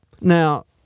Now